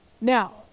Now